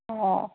ꯑꯣ